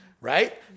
right